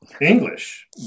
English